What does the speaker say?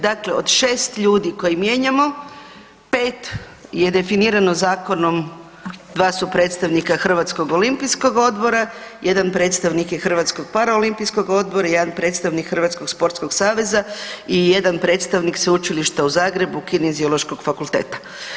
Dakle, od 6 ljudi koje mijenjamo, 5 je definirano zakonom, dva su predstavnika Hrvatskog olimpijskog odbora, jedan predstavnik je Hrvatskog paraolimpijskog odbora i jedan predstavnik Hrvatskog sportskog saveza i jedan predstavnik Sveučilišta u Zagrebu Kineziološkog fakulteta.